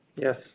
Yes